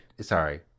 Sorry